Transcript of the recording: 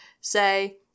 say